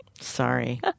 Sorry